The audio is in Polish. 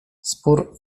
spór